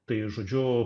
tai žodžiu